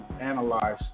analyze